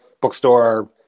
bookstore